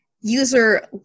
User